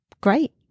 great